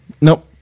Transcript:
Nope